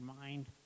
mind